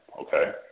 Okay